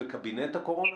בקבינט הקורונה?